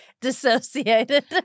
dissociated